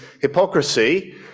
hypocrisy